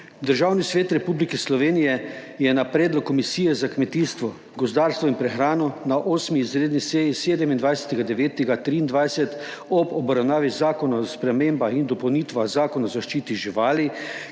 Državni svet Republike Slovenije je na predlog Komisije za kmetijstvo, gozdarstvo in prehrano na 8. izredni seji 27. 9. 2023 ob obravnavi Zakona o spremembah in dopolnitvah Zakona o zaščiti živali,